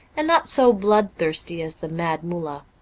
and not so bloodthirsty as the mad mullah